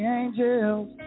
angels